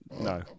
No